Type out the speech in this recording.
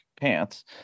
pants